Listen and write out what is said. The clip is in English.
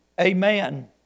Amen